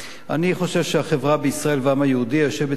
אני חושב שהחברה בישראל והעם היהודי היושב בציון